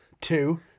two